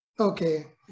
Okay